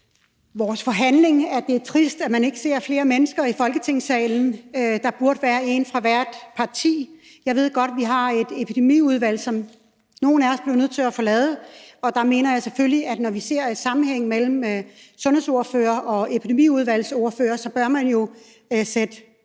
vores forhandling, for det er trist, at man ikke ser flere mennesker i Folketingssalen. Der burde være en fra hvert parti. Jeg ved godt, at vi har et Epidemiudvalg, som nogle af os blev nødt til at forlade. Og jeg mener selvfølgelig, at når vi ser en sammenhæng mellem sundhedsordførere og epidemiudvalgsordførere, så bør man jo sætte